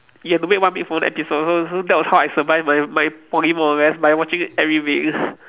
you have to wait one week for the next episode so so that was how I survive my my Poly more or less by watching every week